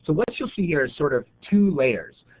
so what you'll see here are sort of two layers.